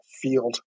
field